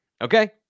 Okay